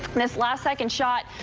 this last second shot.